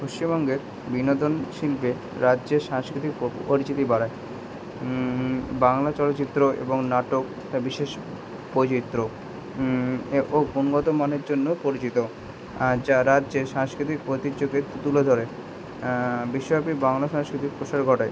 পশ্চিমবঙ্গের বিনোদন শিল্পে রাজ্যে সাংস্কৃতিক পরিচিতি বাড়ায় বাংলা চলচ্চিত্র এবং নাটক একটা বিশেষ বৈচিত্র্য এ ও গুণগতমাণের জন্য পরিচিত আর যা রাজ্যে সাংস্কৃতিক তুলে ধরে বিশ্বব্যাপী বাংলা সংস্কৃতির প্রসার ঘটায়